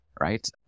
right